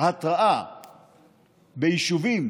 התראה ביישובים,